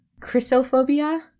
Chrysophobia